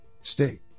State